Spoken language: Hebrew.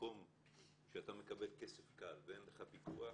במקום שאתה מקבל כסף קל ואין לך פיקוח,